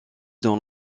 dans